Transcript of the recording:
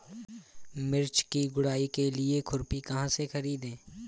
मिर्च की गुड़ाई के लिए खुरपी कहाँ से ख़रीदे?